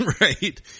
Right